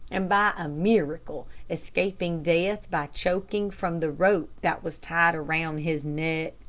and by a miracle, escaping death by choking from the rope that was tied around his neck.